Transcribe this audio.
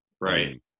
Right